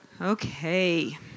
Okay